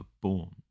born